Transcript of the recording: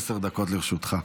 עשר דקות לרשותך.